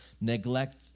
neglect